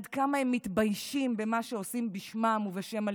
עד כמה הם מתביישים במה שעושים בשמם ובשם הליכוד.